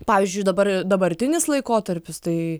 pavyzdžiui dabar dabartinis laikotarpis tai